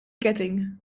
ketting